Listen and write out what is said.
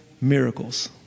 miracles